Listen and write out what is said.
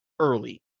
early